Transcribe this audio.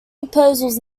proposals